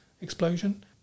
explosion